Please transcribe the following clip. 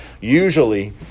Usually